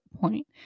point